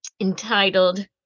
entitled